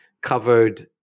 covered